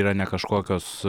yra ne kažkokios